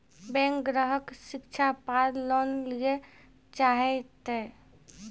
Bank ग्राहक शिक्षा पार लोन लियेल चाहे ते?